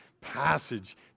passage